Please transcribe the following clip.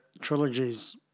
trilogies